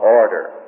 order